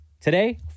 Today